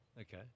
Okay